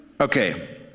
Okay